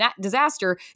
disaster